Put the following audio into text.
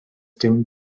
dim